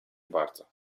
bardzo